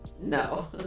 No